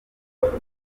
bright